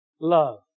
love